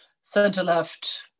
center-left